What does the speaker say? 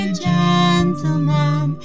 gentleman